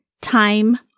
time